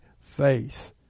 Faith